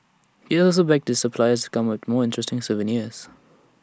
he has also begged his suppliers come up more interesting souvenirs